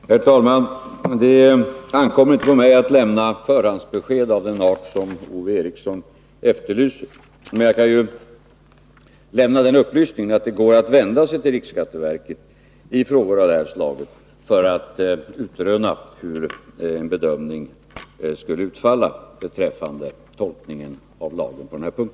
Herr talman! Det ankommer inte på mig att lämna förhandsbesked av den art som Ove Eriksson efterlyser. Men jag kan lämna den upplysningen att det går att vända sig till riksskatteverket i frågor av detta slag för att utröna hur en bedömning skulle utfalla beträffande tolkningen av lagen på denna punkt.